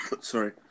Sorry